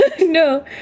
No